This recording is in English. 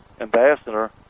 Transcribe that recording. Ambassador